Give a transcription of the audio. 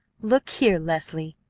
look here! leslie,